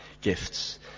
gifts